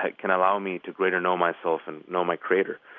like can allow me to greater know myself and know my creator.